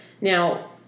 Now